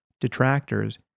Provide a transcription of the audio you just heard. detractors